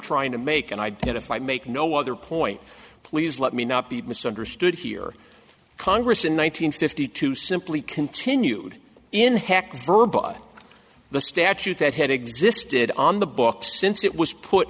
trying to make and identify make no other point please let me not be misunderstood here congress in one nine hundred fifty two simply continued in hacking the statute that had existed on the books since it was put